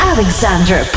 Alexander